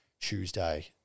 Tuesday